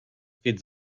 feed